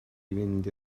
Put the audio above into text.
mynd